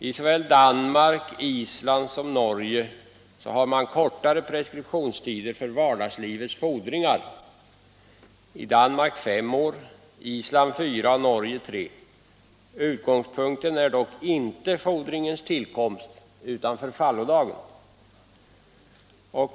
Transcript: I såväl Danmark som Island och Norge har man kortare preskriptionstider för vardagslivets fordringar; i Danmark fem år, Island fyra och Norge tre år. Utgångspunkten är dock inte fordringens tillkomst utan förfallodagen.